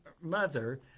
mother